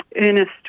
Ernest